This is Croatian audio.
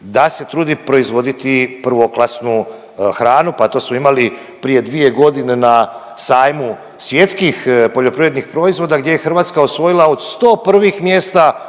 da se trudi proizvoditi prvoklasnu hranu, pa to smo imali prije dvije godine na sajmu svjetskih poljoprivrednih proizvoda gdje je Hrvatska osvojila od sto